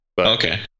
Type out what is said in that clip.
Okay